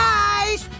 Guys